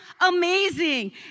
amazing